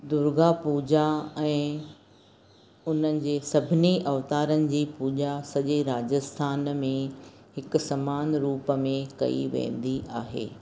दुर्गा पूॼा ऐं उनजे सभिनी अवतारनि जी पूॼा सॼे राजस्थान में हिकु समान रुप में कयी वेंदी आहे